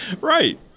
Right